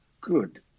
Good